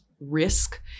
risk